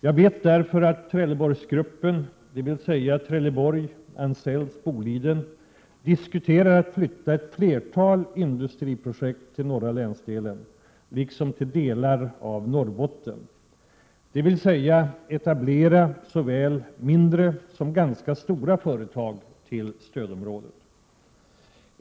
Jag vet därför att Trelleborgsgruppen, dvs. Trelleborg Boliden, diskuterar att flytta ett flertal industriprojekt till norra länsdelen liksom till delar av Norrbotten, vilket medför att ett antal såväl mindre som ganska stora företag etableras till stödområdet.